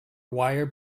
wire